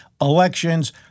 elections